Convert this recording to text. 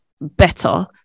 better